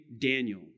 Daniel